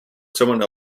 someone